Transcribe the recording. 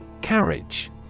Carriage